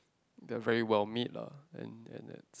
that are very well made lah and and that's